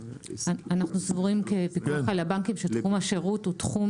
אנחנו סבורים כפיקוח על הבנקים שתחום השירות הוא תחום